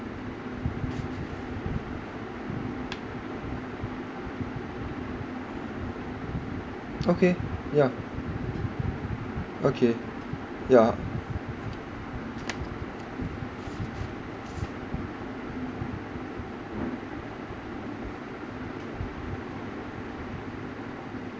okay yeah okay yeah